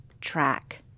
track